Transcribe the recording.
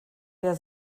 der